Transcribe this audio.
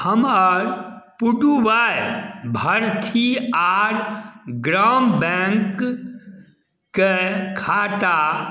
हमर पुडुवाई भरथी आर ग्राम बैंक कै खाता